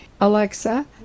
Alexa